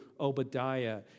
Obadiah